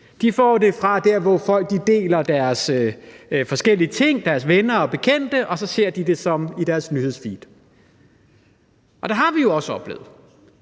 De får dem derfra, hvor folk deler deres forskellige ting med deres venner og bekendte, og så ser de det i deres nyhedsfeed. Og vi har jo også oplevet,